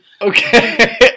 Okay